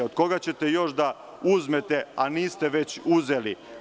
Od koga ćete još da uzmete, a niste već uzeli?